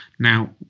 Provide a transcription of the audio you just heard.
Now